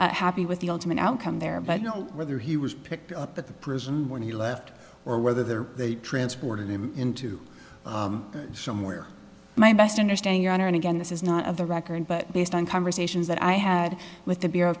happy with the ultimate outcome there but whether he was picked up at the prison when he left or whether there they transported him into somewhere my best understanding your honor and again this is not of the record but based on conversations that i had with the bureau